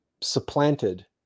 supplanted